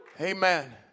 Amen